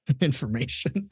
information